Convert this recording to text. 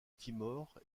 timor